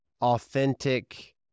authentic